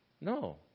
No